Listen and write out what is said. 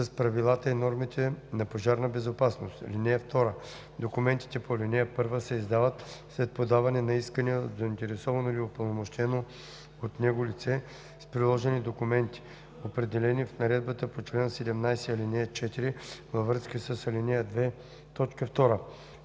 с правилата и нормите за пожарна безопасност. (2) Документите по ал. 1 се издават след подаване на искане от заинтересовано или упълномощено от него лице с приложени документи, определени в наредбата по чл. 17, ал. 4 във връзка с ал. 2,